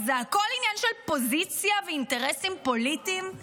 זה הכל עניין של פוזיציה ואינטרסים פוליטיים?